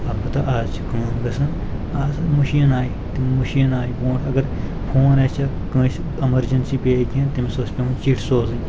البتہ آز چھِ کٲم گژھان آز مٔشیٖن آیہِ تِم مٔشیٖن آیہِ برونٛٹھ اگر فون آسیٛا کٲنٛسہِ ایٚمَرجَنسی پیٚیہِ ہے کینٛہہ تٔمِس اوس پؠوان چِٹھۍ سوزٕنۍ